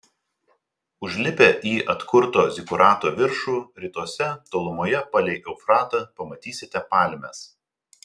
užlipę į atkurto zikurato viršų rytuose tolumoje palei eufratą pamatysite palmes